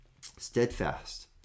Steadfast